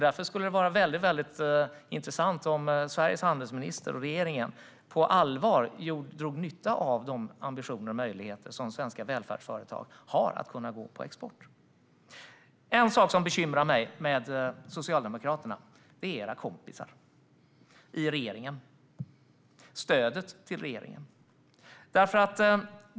Därför skulle det vara intressant om Sveriges handelsminister och regeringen på allvar drog nytta av de ambitioner och möjligheter som svenska välfärdsföretag har att kunna gå på export. En sak som bekymrar mig med Socialdemokraterna är deras kompisar i regeringen och stödet till regeringen.